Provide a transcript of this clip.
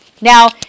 Now